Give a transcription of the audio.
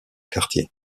quartier